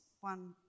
one